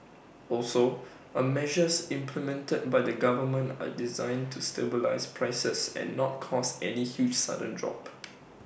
also A measures implemented by the government are designed to stabilise prices and not cause any huge sudden drop